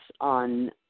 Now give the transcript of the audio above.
on